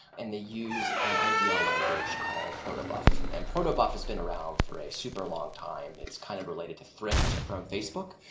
and they use an idl language called protobuf. and protobuf has been around for a super long time. it's kind of related to thrift from facebook.